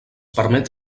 permet